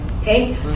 Okay